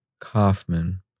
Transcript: Kaufman